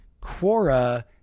Quora